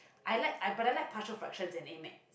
I like I but I like partial fraction and AddMath